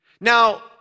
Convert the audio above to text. Now